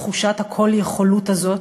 תחושת הכול-יכולות הזאת,